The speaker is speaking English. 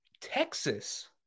Texas